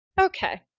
Okay